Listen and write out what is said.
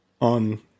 on